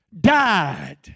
died